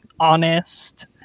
honest